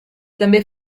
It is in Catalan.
també